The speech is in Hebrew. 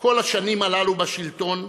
כל השנים הללו בשלטון.